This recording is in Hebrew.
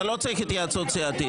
אתה לא צריך התייעצות סיעתית.